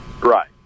Right